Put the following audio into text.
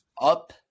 up